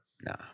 Nah